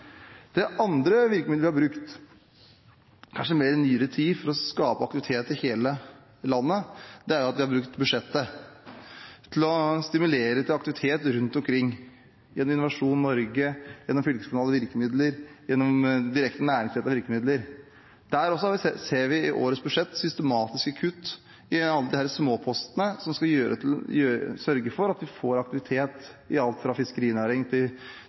Det andre virkemiddelet vi har brukt, kanskje mer i nyere tid, for å skape aktivitet i hele landet, er at vi har brukt budsjettet til å stimulere til aktivitet rundt omkring, gjennom Innovasjon Norge, gjennom fylkeskommunale virkemidler, gjennom direkte næringsrettede virkemidler. Også der ser vi i årets budsjett systematiske kutt i alle disse småpostene som skal sørge for at vi får aktivitet i alt fra fiskerinæring til